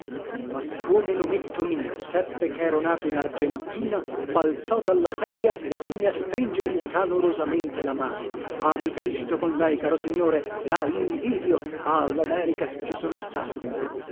ma come lometto mio seppe chero nato in argentina balzò dalla sedia e venne a stringermi calorosamente la mano ah mi felicito con lei caro signore la invidio ah lamerica ci sono stato